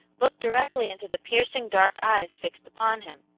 looked directly into the piercing dark eyes fixed upon him.